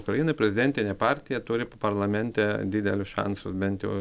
ukrainoj prezidentinė partija turi par parlamente didelius šansus bent jau